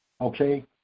okay